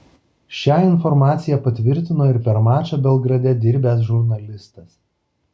šią informacija patvirtino ir per mačą belgrade dirbęs žurnalistas